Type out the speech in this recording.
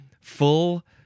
full